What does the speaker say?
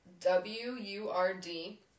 W-U-R-D